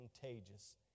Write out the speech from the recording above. contagious